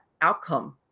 outcome